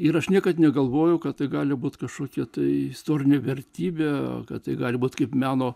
ir aš niekad negalvojau kad tai gali būti kažkokia tai istorinė vertybė kad tai gali būti kaip meno